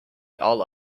all